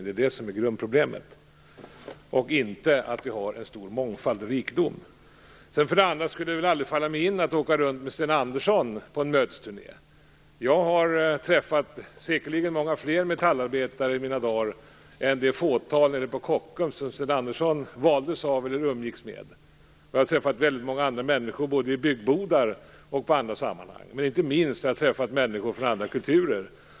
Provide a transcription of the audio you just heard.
Det är det som är grundproblemet och inte att vi har en stor mångfald och rikedom. Det skulle aldrig falla mig in att åka runt med Sten Andersson på en mötesturné. Jag har träffat säkerligen många fler metallarbetare i mina dagar än det fåtal nere på Kockums som Sten Andersson valdes av eller umgicks med. Jag har träffat väldigt många andra människor, både i byggbodar och i andra sammanhang. Inte minst har jag träffat människor från andra kulturer.